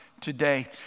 today